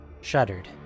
shuddered